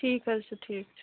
ٹھیٖک حظ چھُ ٹھیٖک چھُ